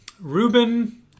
Ruben